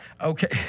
Okay